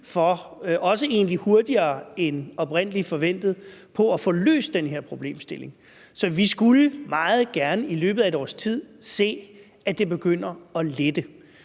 egentlig hurtigere end oprindelig forventet på at få løst den her problemstilling. Så vi skulle meget gerne i løbet af et års tid se, at det begynder at lette,